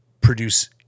produce